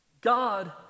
God